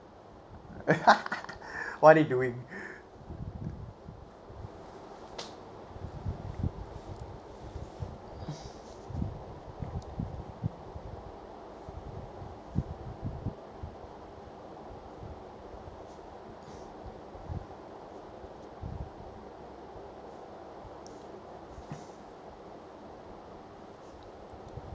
what he doing